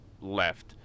left